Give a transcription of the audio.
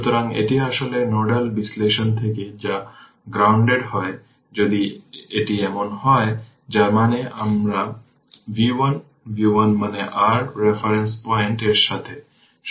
সুতরাং এটি আসলে নোডাল বিশ্লেষণ থেকে যা গ্রাউন্ডেড হয় যদি এটি এমন হয় যার মানে আমার v 1 v 1 মানে r রেফারেন্স পয়েন্ট এর সাথে